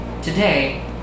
Today